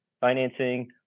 financing